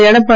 Edappadi